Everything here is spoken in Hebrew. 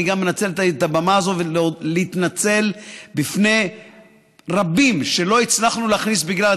אני גם מנצל את הבמה כדי להתנצל בפני רבים שלא הצלחנו להכניס בגלל,